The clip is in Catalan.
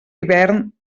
hivern